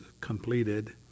completed